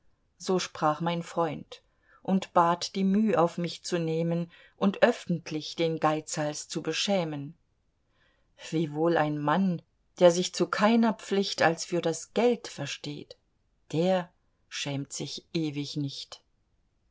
so sprach mein freund und bat die müh auf mich zu nehmen und öffentlich den geizhals zu beschämen wiewohl ein mann der sich zu keiner pflicht als für das geld versteht der schämt sich ewig nicht